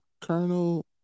Colonel